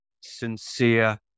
sincere